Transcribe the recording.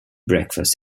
breakfast